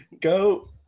Go